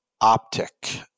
Optic